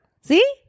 see